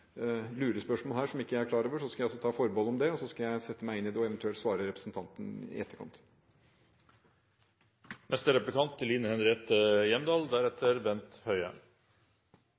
lurespørsmål her som jeg ikke er klar over, skal jeg ta forbehold om det, og så skal jeg sette meg inn i det og eventuelt svare representanten i